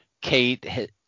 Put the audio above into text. Kate